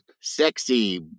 sexy